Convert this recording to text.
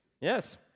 Yes